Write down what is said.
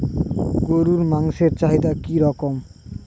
গরুর মাংসের চাহিদা কি রকম?